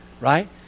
Right